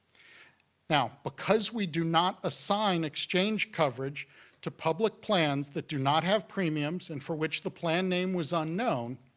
now, because we do not assign exchange coverage to public plans that do not have premiums and for which the plan name was unknown,